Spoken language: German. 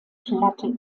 platte